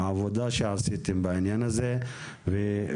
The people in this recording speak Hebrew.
על העבודה שעשיתם בעניין הזה ושפורסמה